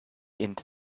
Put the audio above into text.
into